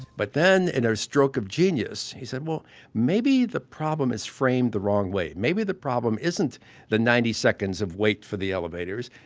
but then, in a stroke of genius, he said maybe the problem is framed the wrong way. maybe the problem isn't the ninety seconds of wait for the elevators.